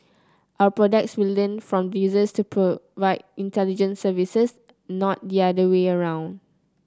our products will learn from to provide intelligent services not the other way around